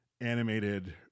animated